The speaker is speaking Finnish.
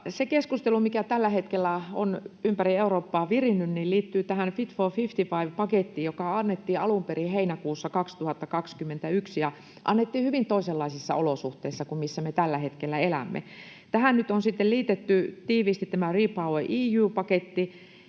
keskustelu, mikä tällä hetkellä on virinnyt ympäri Eurooppaa, liittyy tähän Fit for 55 ‑pakettiin, joka annettiin alun perin heinäkuussa 2021 ja annettiin hyvin toisenlaisissa olosuhteissa kuin missä me tällä hetkellä elämme. Tähän nyt on sitten liitetty tiiviisti tämä REPowerEU-paketti,